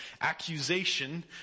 accusation